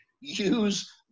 Use